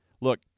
Look